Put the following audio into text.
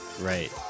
Right